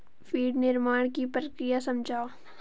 feed निर्माण की प्रक्रिया समझाओ